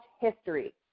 history